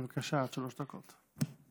בבקשה, עד שלוש דקות.